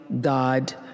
God